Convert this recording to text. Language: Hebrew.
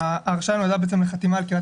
ההרשאה נועדה בעצם לחתימה על קריית